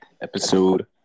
episode